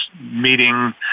meeting